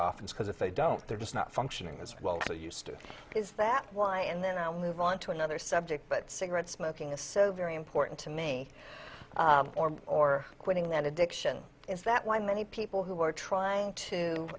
often because if they don't they're just not functioning as well so you stick is that why and then i'll move on to another subject but cigarette smoking is so very important to me or quitting that addiction is that why many people who are trying to